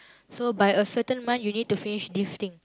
so by a certain month you need to finish this thing